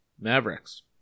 Mavericks